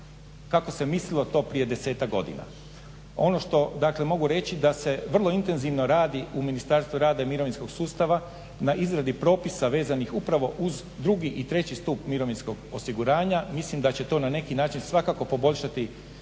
kako se mislilo to prije 10-ak godina. Ono što dakle mogu reći da se vrlo intenzivno radi u Ministarstvu rada i mirovinskog sustava na izradi propisa vezanih upravo uz drugi i treći stup mirovinskog osiguranja. Mislim da će to na neki način svakako poboljšati situaciju.